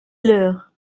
leur